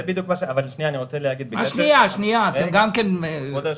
אני רוצה להגיד, כבוד היושב-ראש.